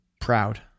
proud